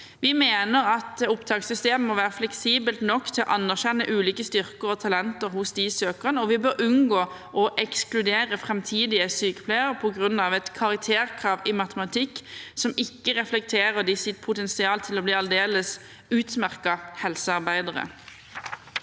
Vi mener at opptakssystemet må være fleksibelt nok til å anerkjenne ulike styrker og talenter hos de søkerne, og vi bør unngå å ekskludere framtidige sykepleiere på grunn av et karakterkrav i matematikk som ikke reflekterer deres potensial til å bli aldeles utmerkede helsearbeidere.